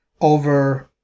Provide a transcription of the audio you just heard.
over